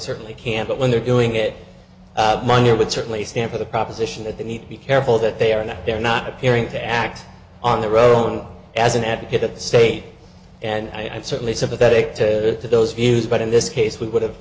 certain can but when they're doing it money would certainly stamp of the proposition that they need to be careful that they are not they're not appearing to act on their own as an advocate of the state and i certainly sympathetic to those views but in this case we would have